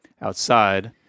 outside